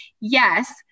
Yes